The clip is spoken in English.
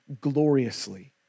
gloriously